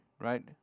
right